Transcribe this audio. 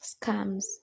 scams